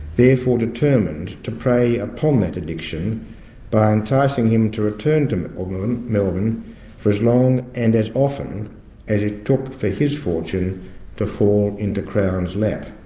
therefore determined to prey upon that addiction by enticing him to return to melbourne melbourne for as long and as often as it took for his fortune to fall into crown's lap.